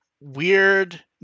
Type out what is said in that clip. weird